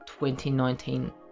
2019